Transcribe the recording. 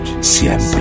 siempre